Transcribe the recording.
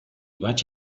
vaig